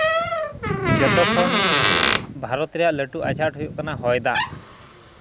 ᱡᱚᱛᱚᱠᱷᱚᱱ ᱵᱷᱟᱨᱚᱛ ᱨᱮᱭᱟᱜ ᱞᱟᱹᱴᱩ ᱟᱸᱡᱷᱟᱴ ᱦᱩᱭᱩᱜ ᱠᱟᱱᱟ ᱦᱚᱭ ᱫᱟᱜ